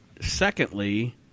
secondly